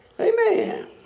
Amen